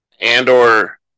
Andor